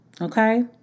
Okay